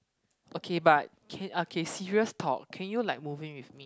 okay but can okay serious talk can you like move in with me